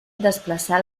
desplaçà